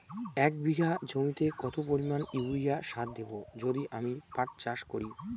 এক বিঘা জমিতে কত পরিমান ইউরিয়া সার দেব যদি আমি পাট চাষ করি?